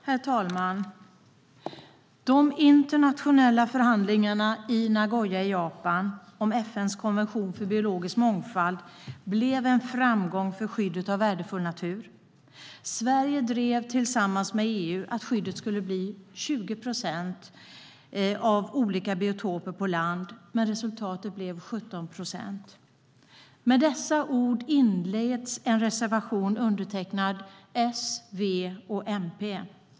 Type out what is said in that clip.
Herr talman! "De internationella förhandlingarna i Nagoya i Japan 2010 om FN:s konvention om biologisk mångfald blev en framgång för skyddet av värdefull natur. Sverige drev tillsammans med EU att skyddet skulle bli 20 procent av olika biotoper på land, men resultatet blev 17 procent." Med dessa ord inleds en reservation från S, V och MP.